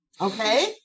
Okay